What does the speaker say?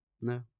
No